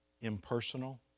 impersonal